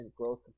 growth